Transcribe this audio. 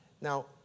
Now